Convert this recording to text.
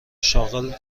شاغل